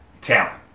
talent